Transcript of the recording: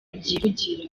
byivugira